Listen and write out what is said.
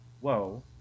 Whoa